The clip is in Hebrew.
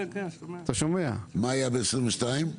מה היה ב-22'?